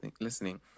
listening